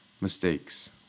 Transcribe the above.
mistakes